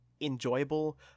enjoyable